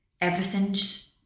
everything's